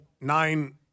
Nine